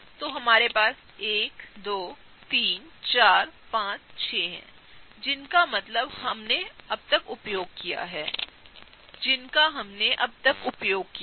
तो हमारे पास 1 2 345 6 हैजिनका हमने अब तक उपयोग किया है